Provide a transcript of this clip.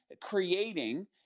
creating